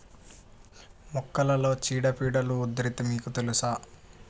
మొక్కలలో చీడపీడల ఉధృతి మీకు తెలుసా?